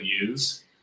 use